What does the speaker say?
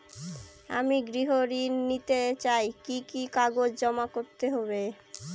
আমি গৃহ ঋণ নিতে চাই কি কি কাগজ জমা করতে হবে?